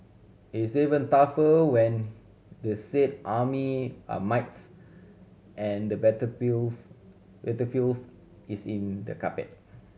it's even tougher when the said army are mites and the battlefields battlefields is in the carpet